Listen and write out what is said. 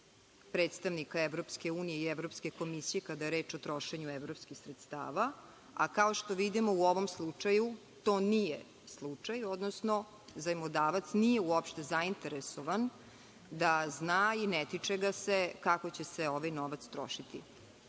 predstavnika EU i Evropske komisije kada je reč o trošenju evropskih sredstava, a kao što vidimo, u ovom slučaju to nije slučaj, odnosno zajmodavac nije uopšte zainteresovan da zna i ne tiče ga se kako će se ovaj novac trošiti. Što